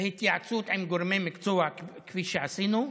ובהתייעצות עם גורמי מקצוע, כפי שעשינו.